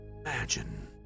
imagine